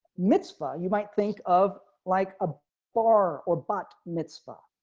mitzvah. you might think of like a bar or but mitzvah.